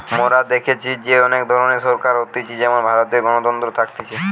মোরা দেখেছি যে অনেক ধরণের সরকার হতিছে যেমন ভারতে গণতন্ত্র থাকতিছে